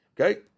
okay